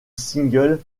single